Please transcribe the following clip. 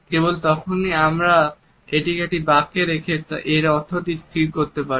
কেবল তখনই আমরা এটিকে একটি বাক্যে রেখে এর অর্থটি স্থির করতে পারি